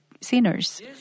sinners